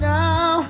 now